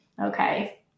okay